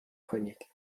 کنید